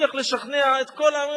הצליח לשכנע את כל העם.